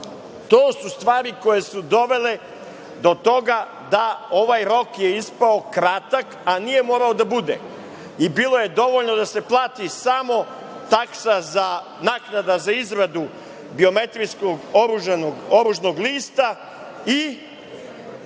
su stvari koje su dovele do toga da je ovaj rok ispao kratak, a nije morao da bude. Bilo je dovoljno da se plati samo naknada za izradu biometrijskog oružnog lista i